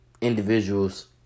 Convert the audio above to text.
individuals